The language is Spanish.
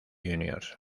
juniors